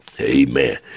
amen